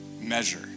measure